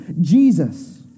Jesus